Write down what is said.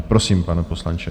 Prosím, pane poslanče.